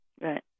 Right